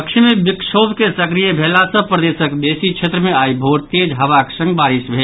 पश्चिमी विक्षोभ के सक्रिय भेला सॅ प्रदेशक बेसी क्षेत्र मे आइ भोर तेज हवाक संग बारिश भेल